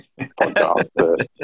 podcast